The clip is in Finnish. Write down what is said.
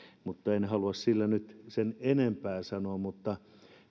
mutta en halua nyt sen enempää sanoa mutta